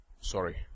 Sorry